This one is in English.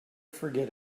forget